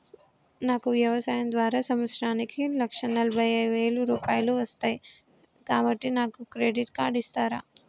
నాకు వ్యవసాయం ద్వారా సంవత్సరానికి లక్ష నలభై వేల రూపాయలు వస్తయ్, కాబట్టి నాకు క్రెడిట్ కార్డ్ ఇస్తరా?